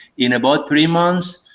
in about three months,